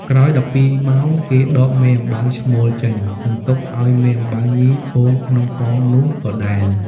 ក្រោយ១២ម៉ោង គេដកមេអំបៅឈ្មោលចេញ នឹងទុកឱ្យមេអំបៅញីពងក្នុងកងនោះដដែល។